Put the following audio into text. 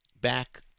back